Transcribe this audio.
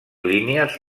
línies